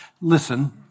listen